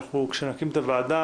כשנקים את הוועדה,